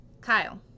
Kyle